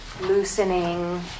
Loosening